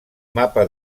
mapa